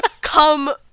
come